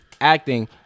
acting